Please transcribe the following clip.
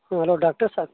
ہاں hello doctor صاحب